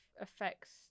affects